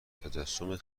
تجسم